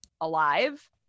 alive